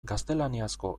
gaztelaniazko